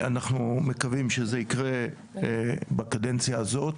אנחנו מקווים שזה יקרה בקדנציה הזאת.